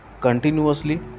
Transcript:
continuously